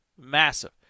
Massive